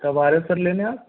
कब आ रहे हो सर लेने आप